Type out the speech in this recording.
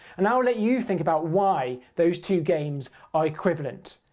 and i will let you think about why those two games are equivalent.